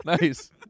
Nice